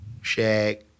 Shaq